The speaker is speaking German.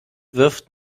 wirft